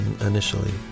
initially